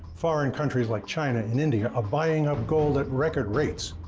foreign countries like china and india are buying up gold at record rates.